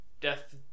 death